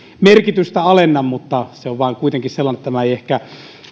merkitystä alenna mutta se on vain kuitenkin niin että tämä ei ehkä